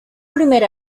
primer